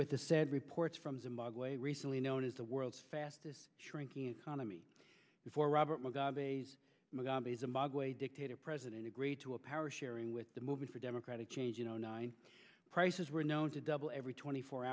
with the said reports from zimbabwe recently known as the world's fastest shrinking economy before robert mugabe's mugabe zimbabwe dictator president agreed to a power sharing with the movement for democratic change you know nine prices were known to double every twenty four